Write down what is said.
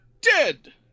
Dead